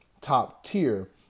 top-tier